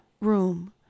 room